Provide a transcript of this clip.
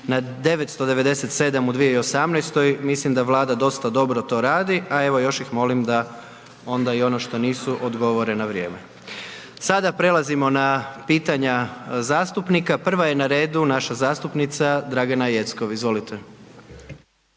na 997 u 2018., mislim da Vlada dosta dobro to radi, a evo još ih molim da onda i ono što nisu da odgovore na vrijeme. Sada prelazimo na pitanja zastupnika, prva je na redu naša zastupnica Dragana Jeckov, izvolite.